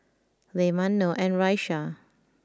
Leman Noh and Raisya